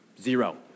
Zero